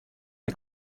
est